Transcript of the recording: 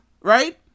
right